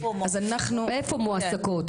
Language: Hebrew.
איפה מועסקות.